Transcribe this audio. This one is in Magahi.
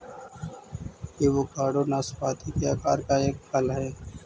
एवोकाडो नाशपाती के आकार का एक फल हई